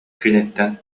киниттэн